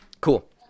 Cool